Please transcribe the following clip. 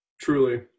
truly